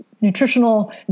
nutritional